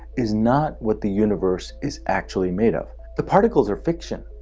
is not what the universe is actually made of. the particles are fiction.